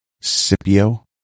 Scipio